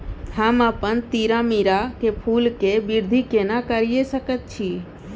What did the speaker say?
हम अपन तीरामीरा के फूल के वृद्धि केना करिये सकेत छी?